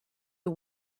the